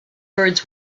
birds